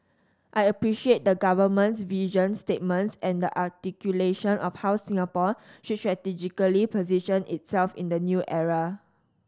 I appreciate the Government's vision statements and the articulation of how Singapore should strategically position itself in the new era